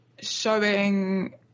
showing